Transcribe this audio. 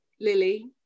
Lily